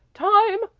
time!